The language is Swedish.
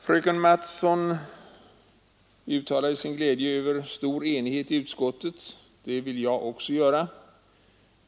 Fröken Mattson uttalade sin glädje över stor enighet i utskottet. Det vill jag också göra.